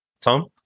Tom